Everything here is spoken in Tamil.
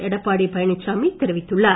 எடப்பாடி பழனிசாமி தெரிவித்துள்ளார்